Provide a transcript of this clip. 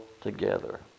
together